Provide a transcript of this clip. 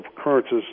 occurrences